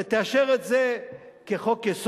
ותאשר את זה כחוק-יסוד.